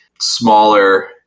smaller